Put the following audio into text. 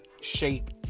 shape